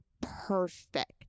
perfect